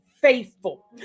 faithful